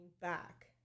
back